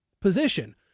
position